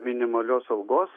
minimalios algos